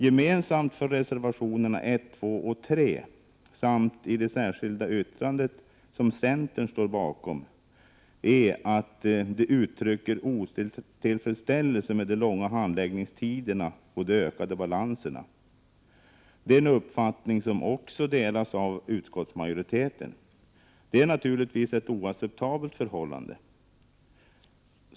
Gemensamt för reservationerna 1, 2 och 3 samt det särskilda yttrande som centern står bakom är att de uttrycker otillfredsställelse med de långa handläggningstiderna och de ökade balanserna. Det är en uppfattning som delas av utskottsmajoriteten. Det är naturligtvis ett oacceptabelt förhållande.